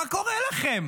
מה קורה לכם?